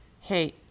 Hey